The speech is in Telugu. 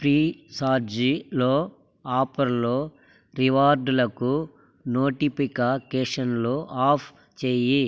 ఫ్రీచార్జీలో ఆఫర్లు రివార్డులకు నోటిపికకేషన్లు ఆఫ్ చేయి